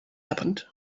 happened